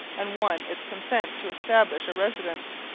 and won its consent to establish a residence.